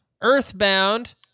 Earthbound